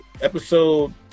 episode